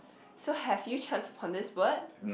so have you chanced upon this word